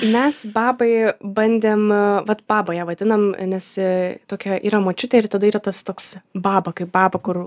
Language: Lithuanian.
mes babai bandėm vat baba ją vadinam nes tokia yra močiutė ir tada yra tas toks baba kaip baba kur